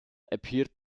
appeared